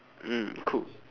mm cool